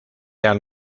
han